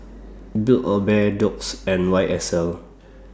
Build A Bear Doux and Y S L